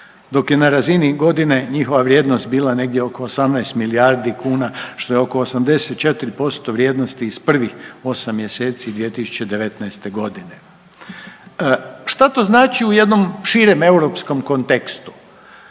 dok je na razini godine njihova vrijednost bila negdje oko 18 milijardi kuna što je oko 84% vrijednosti iz prvih 8 mjeseci 2019. godine. Šta to znači u jednom širem europskom kontekstu?